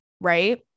Right